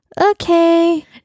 okay